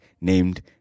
named